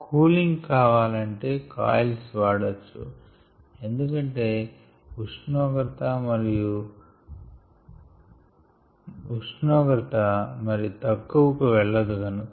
cooling కావాలంటే coils వాడొచ్చు ఎందుకంటే ఉష్ణోగత మరి తక్కువ కు వెల్లదు కనుక